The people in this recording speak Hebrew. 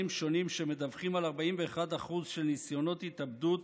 שונים שמדווחים על 41% של ניסיונות התאבדות